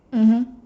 mmhmm